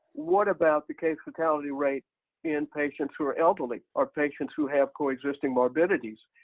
what about the case fatality rate in patients who are elderly, or patients who have coexisting morbidities?